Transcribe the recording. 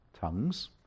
tongues